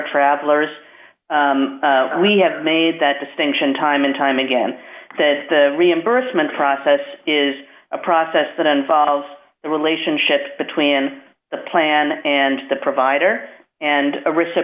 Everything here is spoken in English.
travelers we have made that distinction time and time again that the reimbursement process is a process that involves the relationship between the plan and the provider and